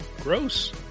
Gross